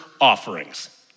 offerings